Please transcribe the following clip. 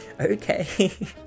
okay